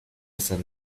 hacer